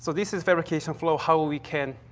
so this is fabrication flow, how we can